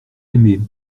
aimé